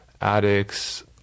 addicts